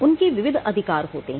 उनके विविध अधिकार होते हैं